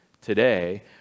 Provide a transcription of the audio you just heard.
today